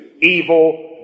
evil